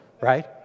Right